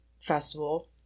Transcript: festival